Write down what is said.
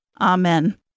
Amen